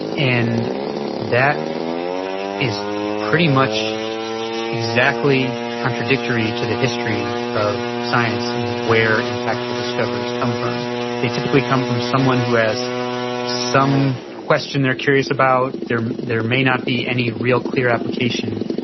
and that is pretty much exactly contradictory to the history of science in where impactful discoveries come from they typically come from someone who has some question, they're curious about there. there may not be any real clear application.